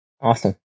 Awesome